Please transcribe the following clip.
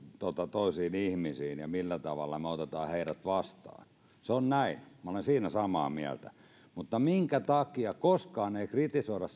toisiin ihmisiin ja millä tavalla me otamme heidät vastaan se on näin minä olen siinä samaa mieltä mutta minkä takia koskaan ei kritisoida